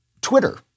Twitter